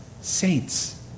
Saints